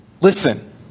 Listen